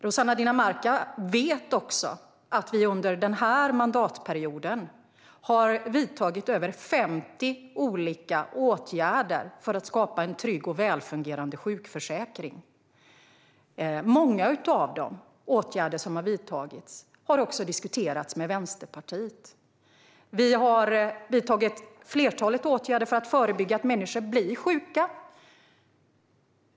Rossana Dinamarca vet också att vi under den här mandatperioden har vidtagit över 50 olika åtgärder för att skapa en trygg och välfungerande sjukförsäkring. Många av de åtgärder som har vidtagits har också diskuterats med Vänsterpartiet. Vi har vidtagit flertalet åtgärder för att förebygga att människor blir sjuka.